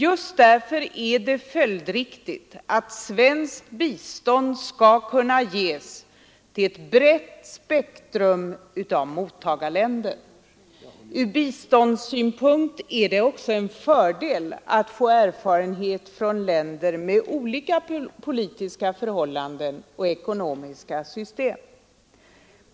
Just därför är det följdriktigt att svenskt bistånd skall kunna ges till ett brett spektrum av mottagarländer. Ur biståndssynpunkt är det också en fördel att få erfarenhet från länder med olika politiska förhållanden och ekonomiska system.